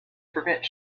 prevent